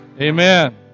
Amen